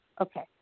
Okay